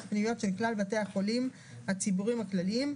הפנימיות של כלל בתי החולים הציבוריים הכלליים,